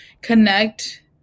connect